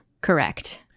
correct